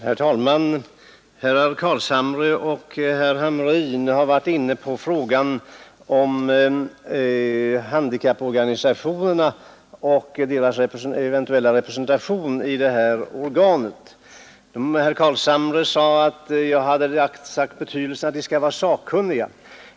Herr talman! Herr Carlshamre och herr Hamrin har varit inne på frågan om handikapporganisationerna och deras eventuella representation i hjälpmedelsrådet, och herr Carlshamre sade i det sammanhanget att jag understrukit att de representanterna skulle vara sakkunniga.